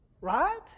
Right